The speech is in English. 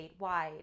statewide